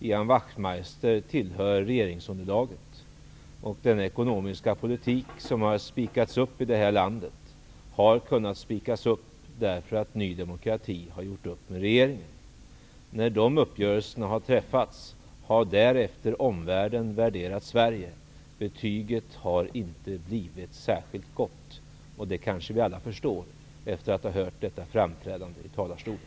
Ian Wachtmeister tillhör regeringsunderlaget. Den ekonomiska politik som har spikats i det här landet har kunnat spikas därför att Ny demokrati har gjort upp med regeringen. Efter det att dessa uppgörelser har träffats har omvärlden värderat Sverige. Betyget har inte blivit särskilt gott. Det kanske vi alla förstår när vi har hört detta framträdande i talarstolen.